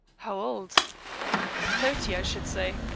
how old? thirty, i should say.